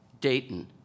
Dayton